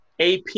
AP